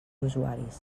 usuaris